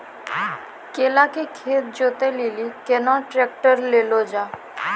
केला के खेत जोत लिली केना ट्रैक्टर ले लो जा?